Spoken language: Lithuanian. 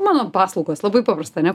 mano paslaugos labai paprasta ne